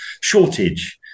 Shortage